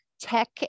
tech